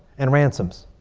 and ransoms.